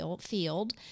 Field